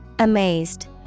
Amazed